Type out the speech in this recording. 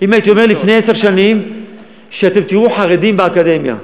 אם הייתי אומר לפני עשר שנים שתראו חרדים באקדמיה,